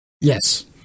Yes